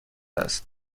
است